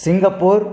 Singapore